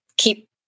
keep